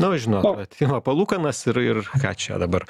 na žinot vat ima palūkanas ir ir ką čia dabar